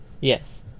Yes